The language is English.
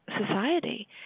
society